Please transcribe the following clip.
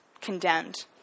condemned